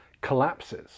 collapses